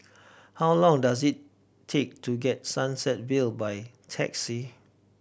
how long does it take to get Sunset Vale by taxi